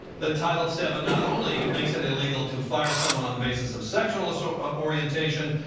that title seven not only makes it illegal to fire someone on the basis of sexual so ah orientation,